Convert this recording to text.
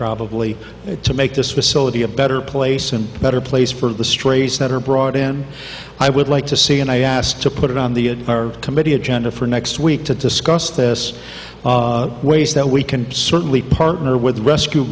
probably to make this facility a better place and a better place for the strays that are brought in i would like to see and i asked to put it on the our committee agenda for next week to discuss this ways that we can certainly partner with rescue